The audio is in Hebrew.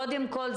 קודם כול,